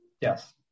Yes